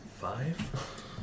five